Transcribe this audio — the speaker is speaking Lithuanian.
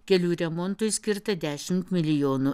kelių remontui skirta dešimt milijonų